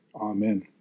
Amen